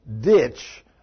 ditch